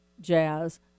jazz